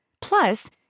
Plus